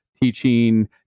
teaching